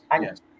yes